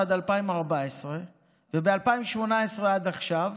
מ-2011 עד 2014 ומ-2018 ועד עכשיו